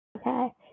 Okay